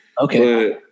Okay